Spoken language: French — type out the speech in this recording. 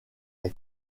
est